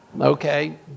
Okay